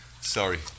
Sorry